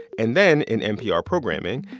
and then, in npr programming,